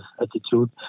attitude